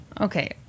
Okay